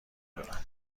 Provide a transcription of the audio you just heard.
دونم